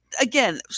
again